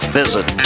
visit